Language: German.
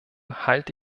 halte